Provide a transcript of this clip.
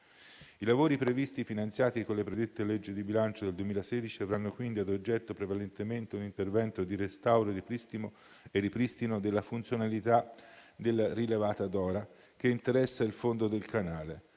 I lavori previsti e finanziati con la predetta legge di bilancio del 2016 avranno quindi ad oggetto prevalentemente un intervento di restauro e ripristino della funzionalità della Rilevata Dora che interessa il fondo del canale,